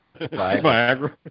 Viagra